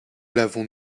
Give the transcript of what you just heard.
l’avons